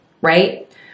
right